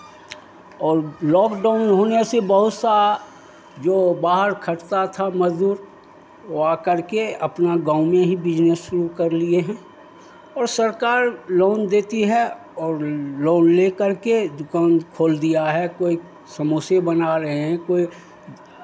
और लॉकडाउन होने से बहुत सा जो बाहर खटता था मज़दूर वो आकर के अपना गाँव में ही बिज़नेस शुरू कर लिए हैं और सरकार लोन देती है और लोन लेकर के दुकान खोल दिया है कोई समोसे बना रहे हैं कोई